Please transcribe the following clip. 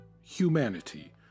Humanity